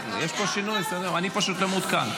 כן, יש פה שינוי, אני פשוט לא מעודכן.